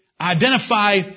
identify